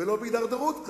ולא בהידרדרות כזאת,